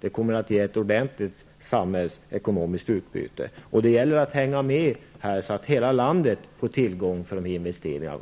Det kommer att ge ett ordentligt samhällsekonomiskt utbyte. Det gäller att hänga med här, så att hela landet,